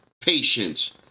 patience